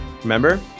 remember